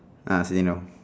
ah sitting down